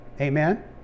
Amen